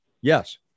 Yes